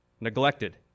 neglected